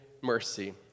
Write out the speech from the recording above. mercy